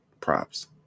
props